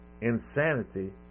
insanity